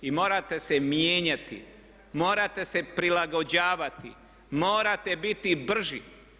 I morate se mijenjati, morate se prilagođavati, morate biti brži.